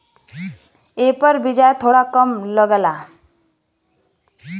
एपर बियाज थोड़ा कम लगला